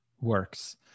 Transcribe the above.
works